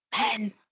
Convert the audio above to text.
men